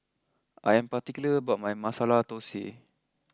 I am particular about my Masala Thosai